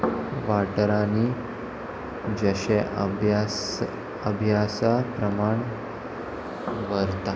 वाठारांनी जशें अभ्यास अभ्यासा प्रमाण व्हरता